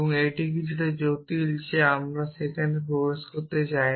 এটি কিছুটা জটিল যে আমরা সেখানে প্রবেশ করতে চাই না